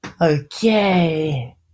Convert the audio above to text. Okay